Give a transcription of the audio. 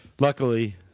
Luckily